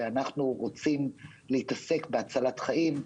שאנו רוצים להתעסק בהצלת חיים,